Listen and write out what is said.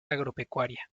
agropecuaria